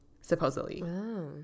supposedly